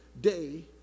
day